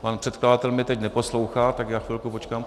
Pan předkladatel mě teď neposlouchá, tak já chvilku počkám.